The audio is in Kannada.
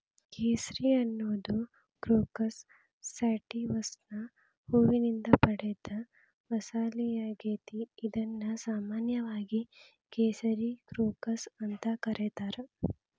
ಕೇಸರಿ ಅನ್ನೋದು ಕ್ರೋಕಸ್ ಸ್ಯಾಟಿವಸ್ನ ಹೂವಿನಿಂದ ಪಡೆದ ಮಸಾಲಿಯಾಗೇತಿ, ಇದನ್ನು ಸಾಮಾನ್ಯವಾಗಿ ಕೇಸರಿ ಕ್ರೋಕಸ್ ಅಂತ ಕರೇತಾರ